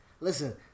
listen